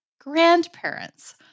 grandparents